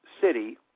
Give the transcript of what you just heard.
city